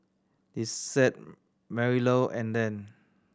Lisette Marilou and Dan